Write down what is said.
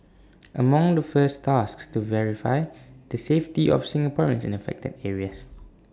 among the first tasks to verify the safety of Singaporeans in affected areas